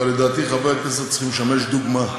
אבל לדעתי חברי הכנסת צריכים לשמש דוגמה.